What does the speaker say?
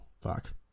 fuck